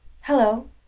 hello